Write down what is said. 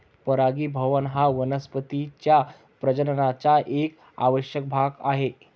परागीभवन हा वनस्पतीं च्या प्रजननाचा एक आवश्यक भाग आहे